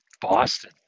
Boston